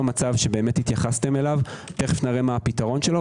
במצב שהתייחסתם אליו תכף נראה מה הפתרון שלו,